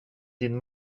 din